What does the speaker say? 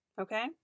Okay